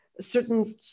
Certain